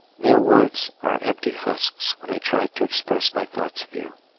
mere words are empty husks when i try to express my thoughts of you.